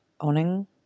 owning